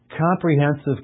Comprehensive